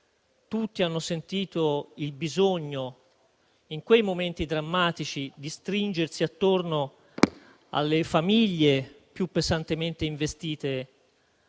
tutti hanno sentito il bisogno, in quei momenti drammatici, di stringersi attorno alle famiglie più pesantemente investite